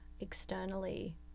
externally